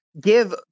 give